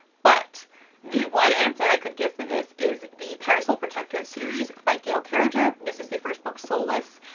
but the one answer i could give for this is the parasol protectorate series by gail carriger. this is the first book, soulless,